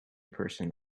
person